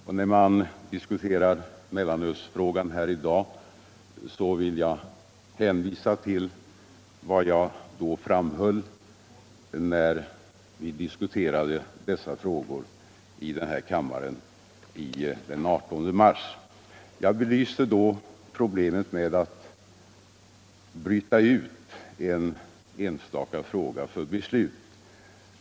Jag vill i diskussionen om mellanölsfrågan i dag hänvisa till vad jag då framhöll. Jag belyste då problemet med att bryta ut en enstaka fråga för beslut.